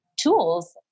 tools